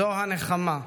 זו הנחמה.